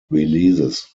releases